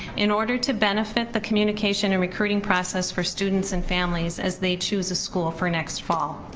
in order to benefit the communication and recruiting process for students and families as they choose a school for next fall.